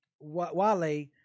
Wale